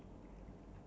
ya